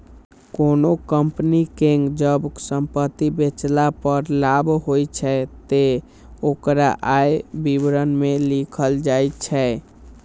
कोनों कंपनी कें जब संपत्ति बेचला पर लाभ होइ छै, ते ओकरा आय विवरण मे लिखल जाइ छै